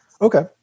Okay